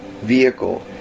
vehicle